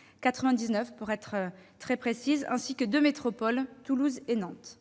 -se sont engagés, ainsi que deux métropoles, Toulouse et Nantes.